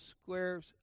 squares